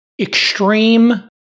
extreme